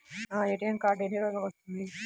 నా ATM card ఎన్ని రోజులకు వస్తుంది?